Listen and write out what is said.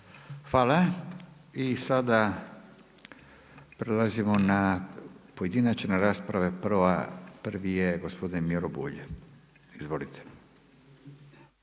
Hvala. I sada prelazimo na pojedinačne rasprave. Prvi je gospodin Miro Bulj. Izvolite.